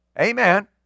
Amen